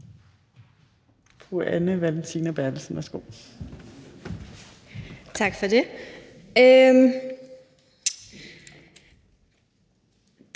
Anne Valentina Berthelsen (SF): Tak for det.